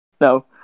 No